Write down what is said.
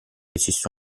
esista